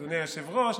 אדוני היושב-ראש.